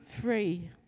free